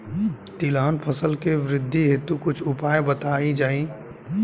तिलहन फसल के वृद्धी हेतु कुछ उपाय बताई जाई?